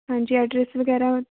ਹਾਂਜੀ ਐਡਰੈਸ ਵਗੈਰਾ